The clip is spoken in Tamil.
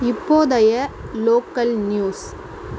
இப்போதைய லோக்கல் நியூஸ்